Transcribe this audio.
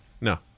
no